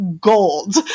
gold